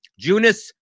Junis